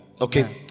Okay